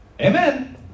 Amen